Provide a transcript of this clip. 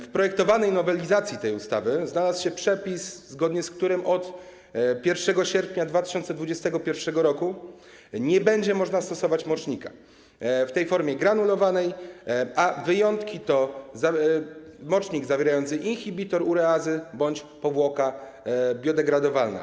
W projektowanej nowelizacji tej ustawy znalazł się przepis, zgodnie z którym od 1 sierpnia 2021 r. nie będzie można stosować mocznika w formie granulowanej, a wyjątki to mocznik zawierający inhibitor ureazy bądź powłoka biodegradowalna.